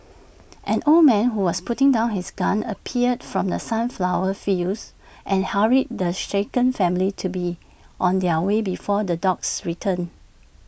an old man who was putting down his gun appeared from the sunflower fields and hurried the shaken family to be on their way before the dogs return